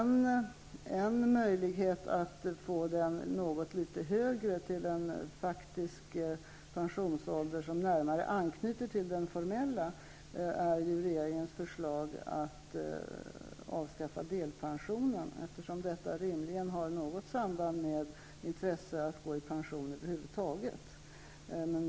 En möjlighet att få den något litet högre, till en faktisk pensionsålder som närmare anknyter till den formella, är ju regeringens förslag att avskaffa delpensionen. Detta har rimligen ett samband med intresset att gå i pension över huvud taget.